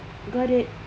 got it